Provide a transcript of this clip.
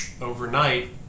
overnight